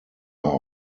are